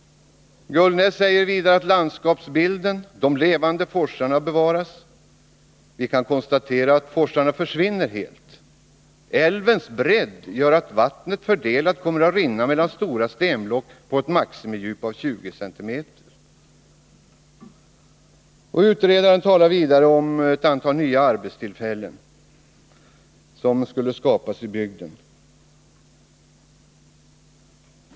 Gullnäs säger vidare att landskapsbilden, de levande forsarna, bevaras. Vi — Sölvbackaströmkan konstatera att forsarna försvinner helt. Älvens bredd gör att vattnet fördelat kommer att rinna mellan stora stenblock och ha ett maximidjup på ca 20 cm. Utredaren talar vidare om ett antal nya arbetstillfällen, som skulle skapas i bygden.